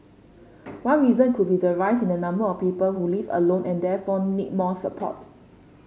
one reason could be the rise in the number of people who live alone and therefore need more support